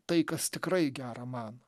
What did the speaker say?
tai kas tikrai gera man